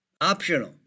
Optional